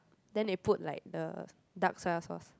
then they put like a dark soya sauce